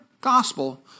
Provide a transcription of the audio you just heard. gospel